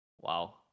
Wow